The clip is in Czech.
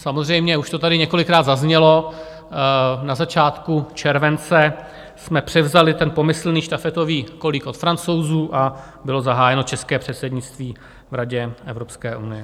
Samozřejmě už to tady několikrát zaznělo, že na začátku července jsme převzali ten pomyslný štafetový kolík od Francouzů a bylo zahájeno české předsednictví v Radě Evropské unie.